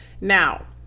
Now